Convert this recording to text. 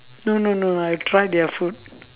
no no no I'll try their food